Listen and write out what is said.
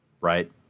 Right